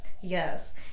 yes